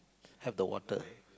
have the water